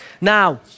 Now